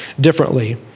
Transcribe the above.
differently